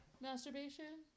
masturbation